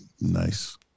Nice